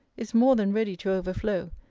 is more than ready to overflow,